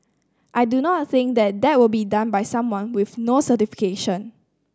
I do not think that that will be done by someone with no certification